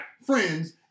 Friends